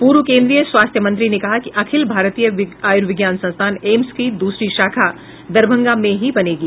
पूर्व केन्द्रीय स्वास्थ्य मंत्री ने कहा कि अखिल भारतीय आयुर्विज्ञान संस्थान एम्स की द्रसरी शाखा दरभंगा में ही बनेगी